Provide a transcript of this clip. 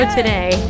today